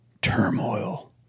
turmoil